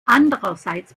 andererseits